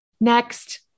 Next